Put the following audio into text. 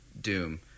Doom